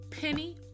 penny